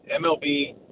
MLB